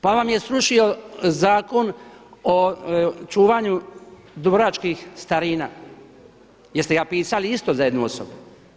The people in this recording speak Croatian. Pa vam je srušio Zakon o čuvanju dubrovačkih starina, jer ste ga pisali isto za jednu osobu.